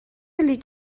لیگ